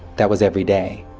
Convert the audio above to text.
that was every day.